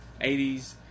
80s